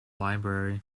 library